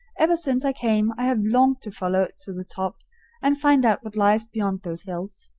ever since i came i have longed to follow it to the top and find out what lies beyond those hills.